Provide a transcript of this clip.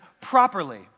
properly